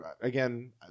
again